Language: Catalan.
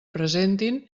presentin